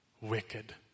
Wicked